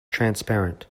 transparent